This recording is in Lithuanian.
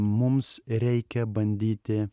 mums reikia bandyti